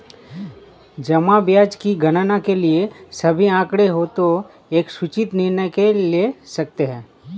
जमा ब्याज की गणना के लिए सभी आंकड़े हों तो एक सूचित निर्णय ले सकते हैं